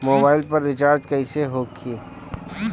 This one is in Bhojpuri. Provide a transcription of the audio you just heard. मोबाइल पर रिचार्ज कैसे होखी?